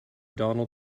donald